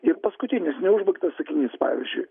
į paskutinis neužbaigtas sakinys pavyzdžiui